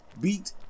beat